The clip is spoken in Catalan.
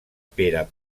pere